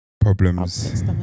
problems